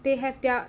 they have their